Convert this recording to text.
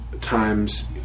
times